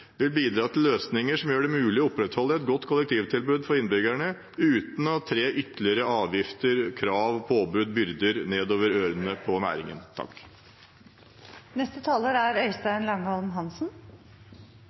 vil bidra til løsninger som gjør det mulig å opprettholde et godt kollektivtilbud for innbyggerne, uten at en trer ytterligere avgifter, krav og byrder nedover ørene på næringen.